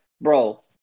bro